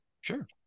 Sure